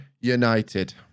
United